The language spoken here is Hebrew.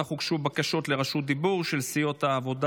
אך הוגשו בקשות לרשות דיבור של קבוצת סיעת העבודה